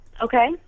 Okay